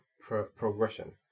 progression